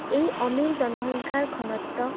এই অমিল জনসংখ্যাৰ ঘনত্ব